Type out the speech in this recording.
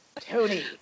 Tony